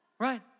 Right